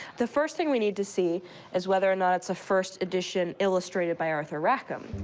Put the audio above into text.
the first thing we need to see is whether or not it's a first edition illustrated by arthur rackham.